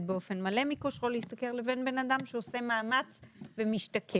באופן מלא מכושרו להשתכר לבין בן אדם שעושה מאמץ ומשתקם.